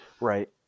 Right